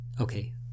Okay